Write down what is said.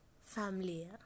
family